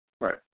Right